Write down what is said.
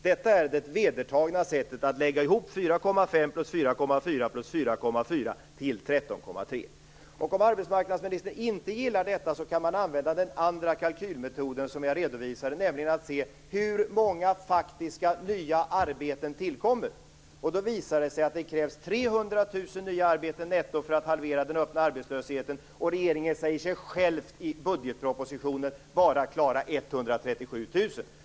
Detta är det vedertagna sättet att lägga ihop 4,5, 4,4 Om arbetsmarknadsministern inte gillar detta kan man använda den andra kalkylmetoden som jag redovisade. Den innebär att man ser hur många faktiska nya arbeten som tillkommer. Då visar det sig att det krävs 300 000 nya arbeten netto för att halvera den öppna arbetslösheten. Regeringen säger själv i budgetpropositionen att man bara klarar 137 000.